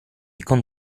con